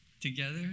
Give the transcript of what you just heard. together